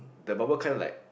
the bubble kind of like